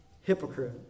hypocrite